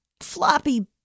floppy